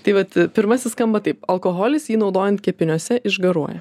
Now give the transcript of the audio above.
tai vat pirmasis skamba taip alkoholis jį naudojant kepiniuose išgaruoja